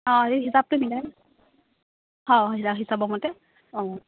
অঁ এই হিচাপটো মিলাই হিচাবৰ মতে অঁ